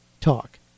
talk